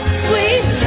sweet